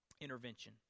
intervention